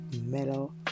mellow